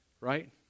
right